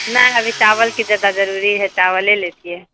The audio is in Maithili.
नहि अभी चावलके जादा जरूरी है चावले लैतिऐ